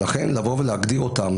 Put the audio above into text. ולכן, להגדיר אותם